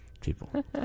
People